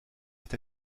est